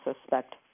suspect